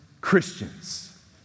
Christians